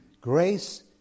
grace